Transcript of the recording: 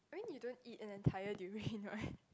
I mean you don't eat and an entire durian right